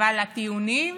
אבל הטיעונים,